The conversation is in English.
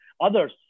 others